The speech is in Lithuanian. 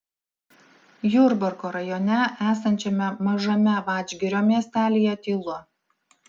jurbarko rajone esančiame mažame vadžgirio miestelyje tylu